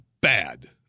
bad